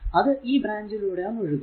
അത് ഈ ബ്രാഞ്ചിലൂടെ ആണ് ഒഴുകുക